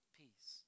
peace